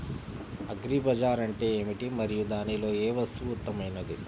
Agri bazaar అంటే ఏమిటి మరియు దానిలో ఏ వస్తువు ఉత్తమమైనది?